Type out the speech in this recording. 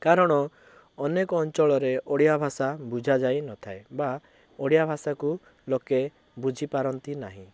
କାରଣ ଅନେକ ଅଞ୍ଚଳରେ ଓଡ଼ିଆ ଭାଷା ବୁଝାଯାଇ ନଥାଏ ବା ଓଡ଼ିଆ ଭାଷାକୁ ଲୋକେ ବୁଝିପାରନ୍ତି ନାହିଁ